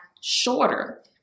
shorter